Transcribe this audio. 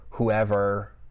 Whoever